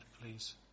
please